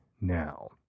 now